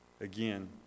again